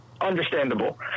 understandable